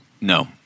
no